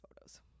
photos